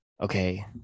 okay